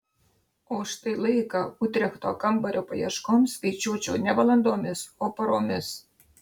o štai laiką utrechto kambario paieškoms skaičiuočiau ne valandomis o paromis